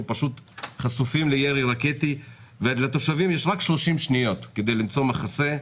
פשוט חשופים לירי רקטי ולתושבים יש רק 30 שניות כדי למצוא מחסה,